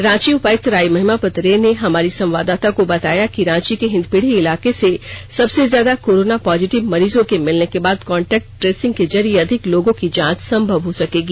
रांची उपायुक्त राय महिमापत रे ने हमारी संवाददाता को बताया कि रांची के हिंदपीढ़ी इलाके से सबसे ज्यादा कोरोना पॉजिटिव मरीजों के मिलने के बाद कांटेक्ट ट्रेसिंग के जरिये अधिक लोगों की जांच संभव हो सकेगी